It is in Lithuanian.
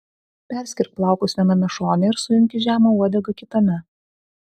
perskirk plaukus viename šone ir suimk į žemą uodegą kitame